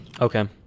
Okay